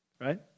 right